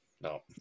no